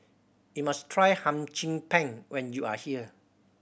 you must try Hum Chim Peng when you are here